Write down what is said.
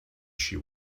she